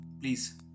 Please